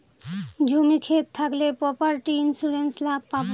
জমি ক্ষেত থাকলে প্রপার্টি ইন্সুরেন্স লাভ পাবো